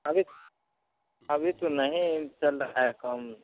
अभी अभी तो नहीं चल रहा है काम